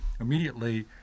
immediately